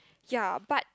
ya but